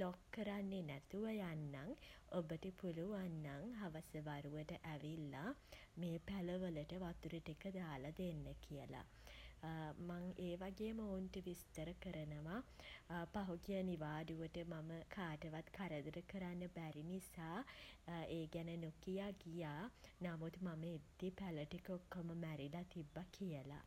Lock කරන්නෙ නැතුව යන්නම් ඔබට පුළුවන් නම් හවස වරුවට ඇවිල්ලා මේ පැළ වලට වතුර ටික දාල දෙන්න කියලා. මං ඒ වගේම ඔවුන්ට විස්තර කරනවා පහුගිය නිවාඩුවට මම කාටවත් කරදර කරන්න බැරි නිසා ඒ ගැන නොකියා ගියා.නමුත් මම එද්දී පැළ ටික ඔක්කොම මැරිලා තිබ්බ කියලා.